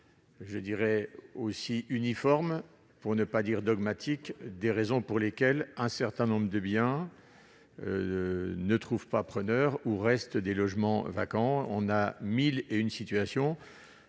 une vision aussi uniforme, pour ne pas dire dogmatique, des raisons pour lesquelles un certain nombre de biens ne trouvent pas preneurs ou restent vacants. On a mille et une situations